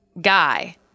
guy